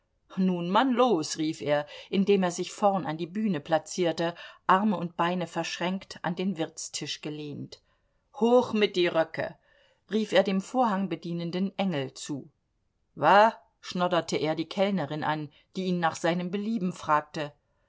nu man los rief er indem er sich vorn an die bühne placierte arme und beine verschränkt an den wirtstisch gelehnt hoch mit die röcke rief er dem vorhangbedienenden engel zu wa schnodderte er die kellnerin an die ihn nach seinen belieben fragte